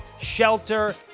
shelter